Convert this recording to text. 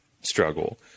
struggle